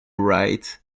right